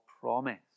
promise